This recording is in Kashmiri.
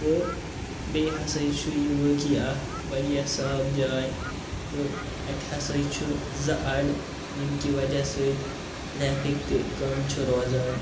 تہٕ بیٚیہِ ہَسا چھُ یہِ وٲقٕے اکھ واریاہ صاف جاے تہٕ اَتہِ ہَسا چھُ زٕ اَڈٕ ییٚمہِ کہِ وَجہ سۭتۍ ٹریفِک تہِ کَم چھُ روزان